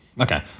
Okay